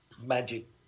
magic